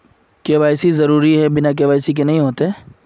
KYC जरुरी है बिना के.वाई.सी के नहीं होते?